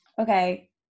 Okay